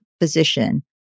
physician